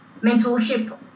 mentorship